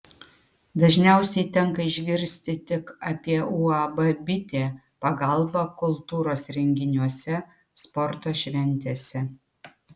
dažniausiai tenka išgirsti tik apie uab bitė pagalbą kultūros renginiuose sporto šventėse